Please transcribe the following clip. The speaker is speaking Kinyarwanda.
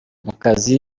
mukazi